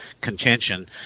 contention